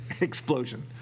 Explosion